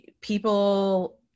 people